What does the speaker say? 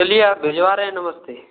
चलिए अब भिजवा रहे हैं नमस्ते